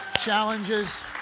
challenges